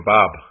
Bob